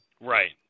Right